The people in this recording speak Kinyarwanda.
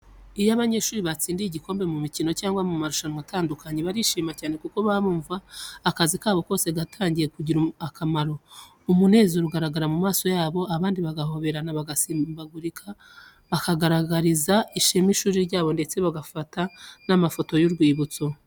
Iyo abanyeshuri batsindiye igikombe mu mikino cyangwa mu marushanwa atandukanye, barishima cyane kuko baba bumva akazi kabo kose gatangiye kugira akamaro. Umunezero ugaragara mu maso yabo, abandi bagahoberana, bagasimbagurika, bakagaragariza ishema ishuri ryabo ndetse bagafata n’amafoto y’urwibutso.